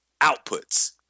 outputs